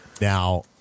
Now